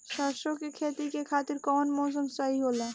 सरसो के खेती के खातिर कवन मौसम सही होला?